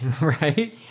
Right